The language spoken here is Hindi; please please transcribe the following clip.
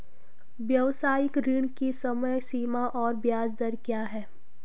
व्यावसायिक ऋण की समय सीमा और ब्याज दर क्या है?